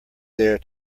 there